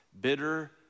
Bitter